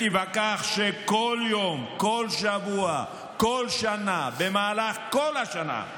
תיווכח שכל יום, כל שבוע, כל שנה, במהלך כל השנה,